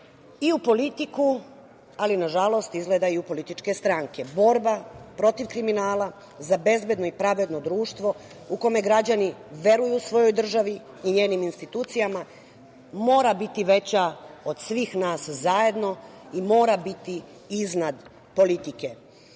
i u politiku, ali nažalost i u političke stranke. Borba protiv kriminala za bezbedno i pravedno društvo u kome građani veruju svojoj državi i njenim institucijama mora biti veća od svih nas zajedno i mora biti iznad politike. Nije